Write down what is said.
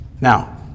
now